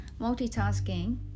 multitasking